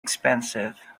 expensive